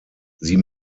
sie